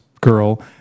girl